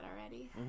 already